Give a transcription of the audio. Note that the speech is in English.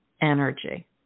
energy